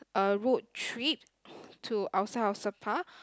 a route trip to outside of sapa